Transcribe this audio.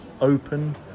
open